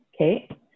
Okay